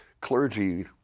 Clergy